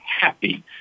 happy